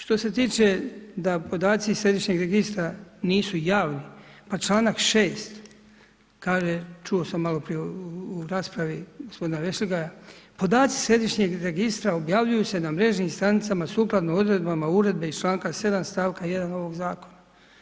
Što se tiče da podaci iz središnjeg registra nisu javni, pa čl. 6. kaže, čuo sam maloprije u raspravi gospodina Vešligaja, podaci središnjeg registra, obavljaju se na mrežnim stranicama, sukladno odredbama uredbe iz čl. 7. stavka 1. ovog zakona.